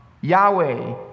Yahweh